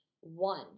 One